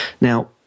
Now